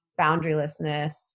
boundarylessness